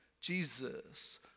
Jesus